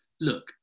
Look